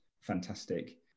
fantastic